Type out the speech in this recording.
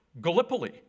Gallipoli